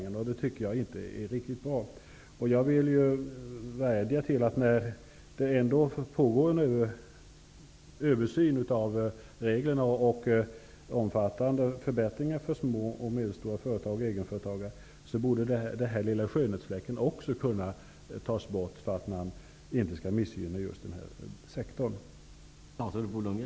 För att just den här sektorn inte skall missgynnas borde också denna lilla skönhetsfläck kunna tas bort, när det ändå pågår en översyn av reglerna och när omfattande förbättringar görs för små och medelstora företag och egenföretagare.